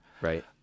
Right